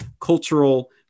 cultural